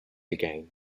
again